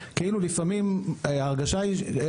לפעמים ההרגשה היא לפעמים כאילו,